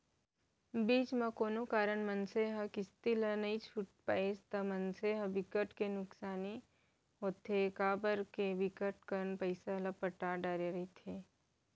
बीच म कोनो कारन ले मनसे ह किस्ती ला नइ छूट पाइस ता मनसे ल बिकट के नुकसानी होथे काबर के बिकट कन पइसा ल पटा डरे रहिथे